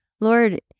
Lord